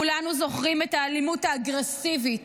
כולנו זוכרים את האלימות האגרסיבית